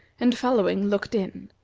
and following looked in.